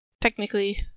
technically